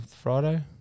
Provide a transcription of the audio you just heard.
Friday